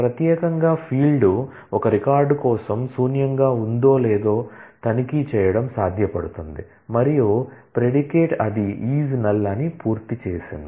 ప్రత్యేకంగా ఫీల్డ్ ఒక రికార్డ్ కోసం శూన్యంగా ఉందో లేదో తనిఖీ చేయడం సాధ్యపడుతుంది మరియు ప్రెడికేట్ అది "ఈస్ నల్" అని పూర్తి చేసింది